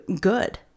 good